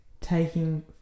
taking